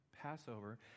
Passover